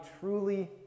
truly